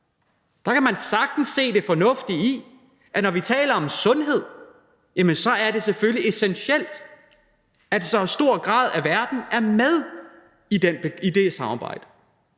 Der kan man sagtens se det fornuftige i, at når vi taler om sundhed, er det selvfølgelig essentielt, at en stor del af verden er med i det samarbejde.